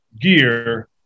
gear